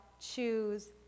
choose